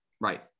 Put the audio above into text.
Right